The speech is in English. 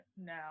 now